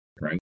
right